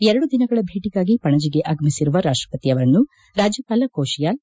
ಎರಡು ದಿನಗಳ ಭೇಟಗಾಗಿ ಪಣಜಿಗೆ ಆಗಮಿಸಿರುವ ರಾಷ್ಟಪತಿ ಅವರನ್ನು ರಾಜ್ಯಪಾಲ ಕೋಶಿಯಾಲ್